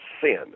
sin